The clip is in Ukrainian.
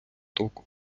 току